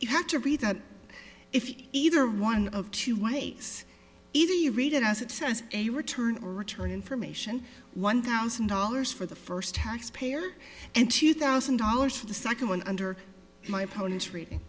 you have to read that if either one of two ways either you read it as it says a return or return information one thousand dollars for the first taxpayer and two thousand dollars for the second one under my opponent's rating